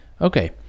Okay